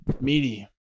Meaty